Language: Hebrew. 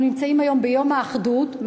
אנחנו נמצאים היום ביום האחדות,